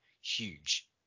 huge